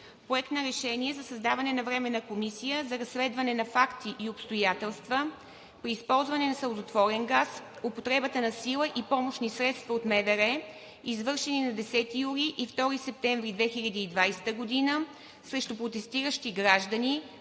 Проект на решение за създаване на Временна комисия за разследване на факти и обстоятелства при използване на сълзотворен газ, употребата на сила и помощни средства от МВР, извършени на 10 юли и 2 септември 2020 г. срещу протестиращи граждани,